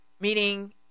Meaning